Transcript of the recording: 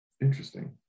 interesting